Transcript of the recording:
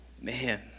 man